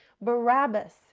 Barabbas